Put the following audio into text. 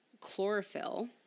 chlorophyll